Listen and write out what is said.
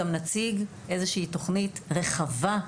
גם נציג איזו שהיא תכנית רחבה,